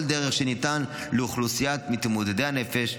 דרך שניתן לאוכלוסיית מתמודדי הנפש,